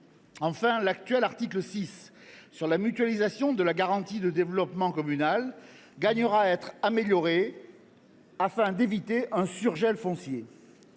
Enfin, l’actuel article 6 sur la mutualisation de la garantie de développement communal gagnerait à être amélioré afin d’éviter un « surgel » foncier.